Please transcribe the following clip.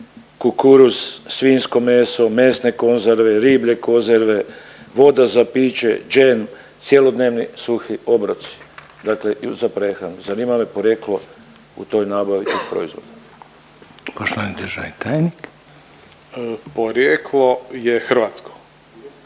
kukuruz, svinjsko meso, mesne konzerve, riblje konzerve, voda za piće, džem, cjelodnevni suhi obroci dakle za prehranu. Zanima me porijeklo u toj nabavi tih proizvoda. **Reiner, Željko